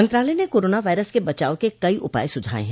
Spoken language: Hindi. मंत्रालय ने कोरोना वायरस से बचाव के कई उपाय सुझाए हैं